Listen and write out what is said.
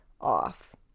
off